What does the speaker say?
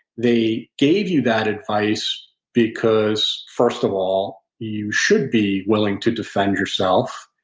they gave you that advice because, first of all, you should be willing to defend yourself.